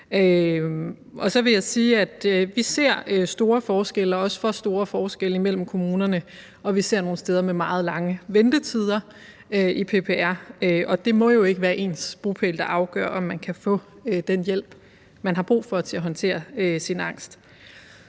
vi ser store forskelle, også for store forskelle, mellem kommunerne. Vi ser nogle steder med meget lange ventetider i PPR, og det må jo ikke være ens bopæl, der afgør, om man kan få den hjælp, man har brug for, til at håndtere sin angst.